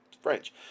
French